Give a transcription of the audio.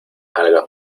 algas